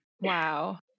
Wow